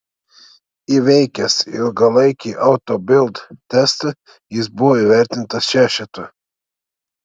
įveikęs ilgalaikį auto bild testą jis buvo įvertintas šešetu